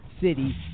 City